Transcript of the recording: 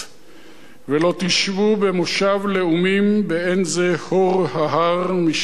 "ולא תשבו במושב לאומים באין זה הֹר ההר/ משען לגבכם